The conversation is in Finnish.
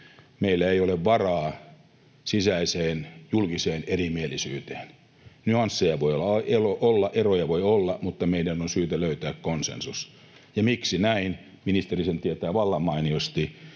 meillä ei ole varaa sisäiseen julkiseen erimielisyyteen. Nyansseja voi olla, eroja voi olla, mutta meidän on syytä löytää konsensus. Miksi näin? Ministeri sen tietää vallan mainiosti: